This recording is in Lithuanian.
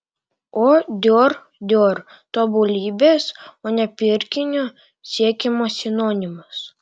o dior dior tobulybės o ne pirkinio siekimo sinonimas